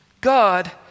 God